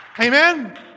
Amen